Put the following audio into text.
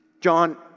John